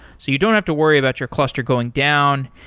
so you don't have to worry about your cluster going down,